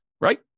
right